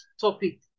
topic